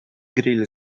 grill